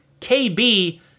KB